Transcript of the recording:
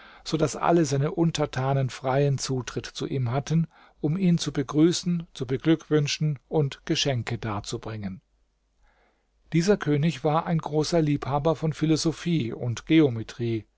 so daß alle seine untertanen freien zutritt zu ihm hatten um ihn zu begrüßen zu beglückwünschen und geschenke darzubringen dieser könig war ein großer liebhaber von philosophie und geometrie